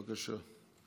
בבקשה.